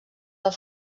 del